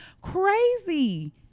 crazy